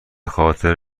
خاطر